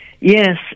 yes